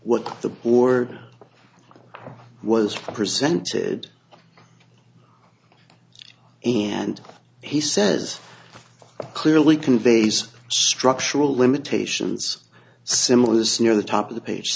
what the board was presented and he says clearly conveys structural limitations similis near the top of the page